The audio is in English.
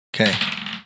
Okay